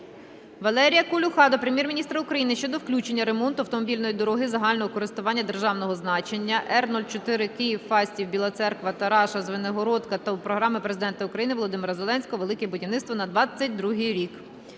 Валерія Колюха до Прем'єр-міністра України щодо включення ремонту автомобільної дороги загального користування державного значення Р-04 Київ - Фастів - Біла Церква - Тараща - Звенигородка до програми Президента України Володимира Зеленського "Велике будівництво" на 2022 рік.